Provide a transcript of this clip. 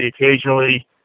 occasionally